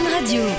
Radio